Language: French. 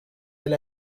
elle